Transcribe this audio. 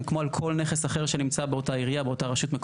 כמו על כל נכס אחר שנמצא באותה רשות מקומית.